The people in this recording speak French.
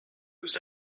nous